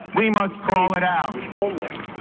we must call it out. jewish homeland.